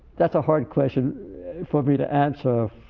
that's a hard question for reader and so